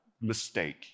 mistake